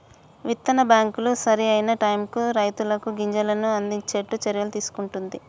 విత్తన బ్యాంకులు సరి అయిన టైముకు రైతులకు గింజలను అందిచేట్టు చర్యలు తీసుకుంటున్ది